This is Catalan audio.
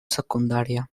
secundària